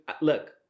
look